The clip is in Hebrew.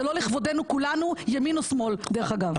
זה לא לכבודנו כולנו, ימין ושמאל, דרך אגב.